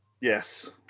Yes